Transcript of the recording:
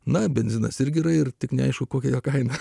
na benzinas irgi yra ir tik neaišku kokia jo kaina